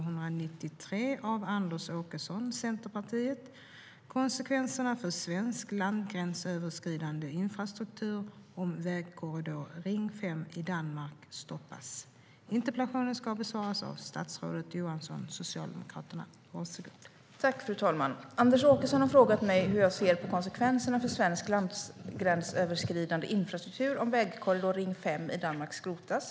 Fru talman! Anders Åkesson har frågat mig hur jag ser på konsekvenserna för svensk landgränsöverskridande infrastruktur om vägkorridor Ring 5 i Danmark skrotas.